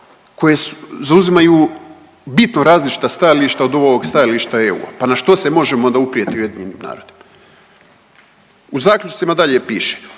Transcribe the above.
koje su, zauzimaju bitno različita stajališta od ovog stajališta EU. Pa na što se možemo onda uprijeti UN-u? U zaključcima dalje piše,